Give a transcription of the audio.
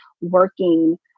working